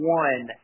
one